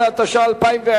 14), התש"ע 2010,